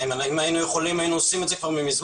אם היינו יכולים, מזמן היינו עושים זאת.